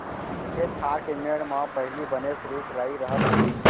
खेत खार के मेढ़ म पहिली बनेच रूख राई रहत रहिस